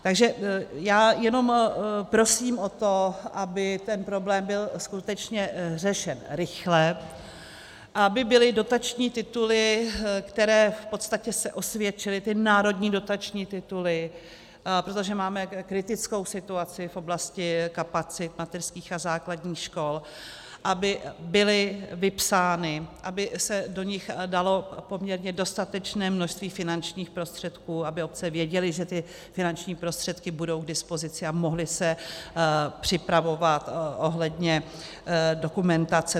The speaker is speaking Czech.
Takže já jen prosím o to, aby ten problém byl skutečně řešen rychle, aby byly dotační tituly, které se v podstatě osvědčily, ty národní dotační tituly, protože máme kritickou situaci v oblasti kapacit mateřských a základních škol, aby byly vypsány, aby se do nich dalo poměrně dostatečné množství finančních prostředků, aby obce věděly, že ty finanční prostředky budou k dispozici, a mohly se připravovat ohledně dokumentace.